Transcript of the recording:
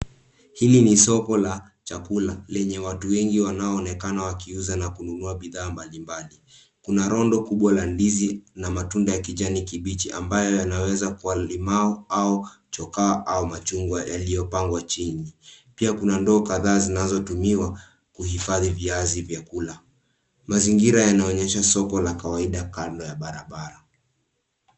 Hili ni soko la chakula lenye watu wengi wanaoonekana wakiuza na kununua bidhaa mbalimbali. Kuna rundo kubwa la ndizi na matunda ya kijani kibichi ambayo yanaweza kuwa limau, au chokaa au machungwa yaliyopangwa chini. Pia kuna ndoo kadhaa zinazotumiwa kuhifadhi viazi vya kula. Mazingira yanaonyesha soko la kawaida kando ya barabara.